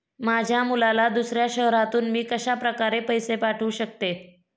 माझ्या मुलाला दुसऱ्या शहरातून मी कशाप्रकारे पैसे पाठवू शकते?